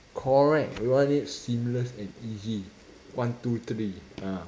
correct run it seamless and easy one two three ah